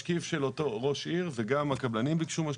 משקיף של אותו ראש עיר, וגם הקבלנים ביקשו משקיף.